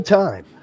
time